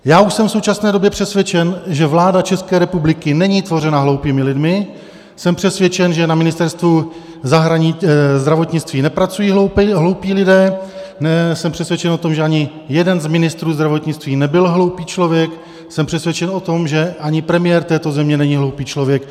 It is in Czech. Já už jsem v současné době přesvědčen, že vláda České republiky není tvořena hloupými lidmi, jsem přesvědčen, že na Ministerstvu zdravotnictví nepracují hloupí lidé, jsem přesvědčen o tom, že ani jeden z ministrů zdravotnictví nebyl hloupý člověk, jsem přesvědčen o tom, že ani premiér této země není hloupý člověk.